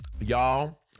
Y'all